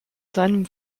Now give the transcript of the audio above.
seinem